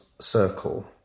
circle